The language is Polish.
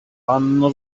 panno